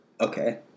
Okay